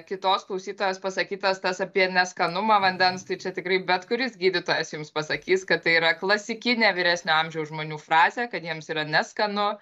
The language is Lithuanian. kitos klausytojos pasakytas tas apie neskanumą vandens tai čia tikrai bet kuris gydytojas jums pasakys kad tai yra klasikinė vyresnio amžiaus žmonių frazė kad jiems yra neskanu